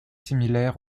similaire